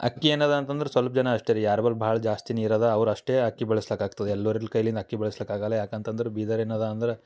ಅಕ್ಕಿ ಏನಿದೆ ಅಂತಂದ್ರೆ ಸ್ವಲ್ಪ ಜನ ಅಷ್ಟೇ ರೀ ಯಾರ ಬಳ್ ಭಾಳ ಜಾಸ್ತಿ ನೀರು ಇದೆ ಅವ್ರು ಅಷ್ಟೇ ಅಕ್ಕಿ ಬೆಳ್ಸಕ್ ಆಗ್ತದೆ ಎಲ್ಲರಲ್ ಕೈಲಿನ ಅಕ್ಕಿ ಬೆಳ್ಸಕ್ ಆಗಲ್ಲ ಯಾಕೆ ಅಂತಂದ್ರೆ ಬೀದರ್ ಏನಿದೆ ಅಂದ್ರೆ